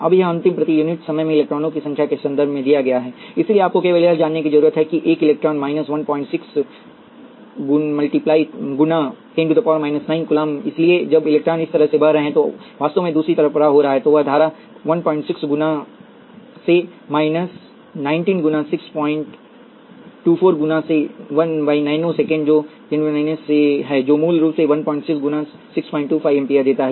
अब यह अंतिम प्रति यूनिट समय में इलेक्ट्रॉनों की संख्या के संदर्भ में दिया गया है इसलिए आपको केवल यह जानने की जरूरत है कि एक इलेक्ट्रॉन है 16 गुणा 10 से 19 कूलम्ब इसलिए जब इलेक्ट्रॉन इस तरह से बह रहे हैं तो वास्तव में दूसरी तरफ प्रवाह हो रहा है तो वह धारा १६ गुना १० से १९ गुना ६२५ गुना १० से ९ १ नैनो सेकंड जो १० से ९ है जो हमें मूल रूप से 16 गुना 625 एम्पीयर देता है